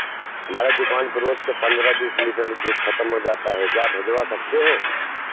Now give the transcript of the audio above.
हमारे दुकान पर रोज के पन्द्रह बीस लीटर दूध खतम हो जाता है क्या आप भिजवा सकते हो